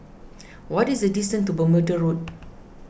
what is the distance to Bermuda Road